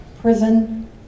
prison